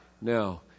Now